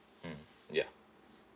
mm ya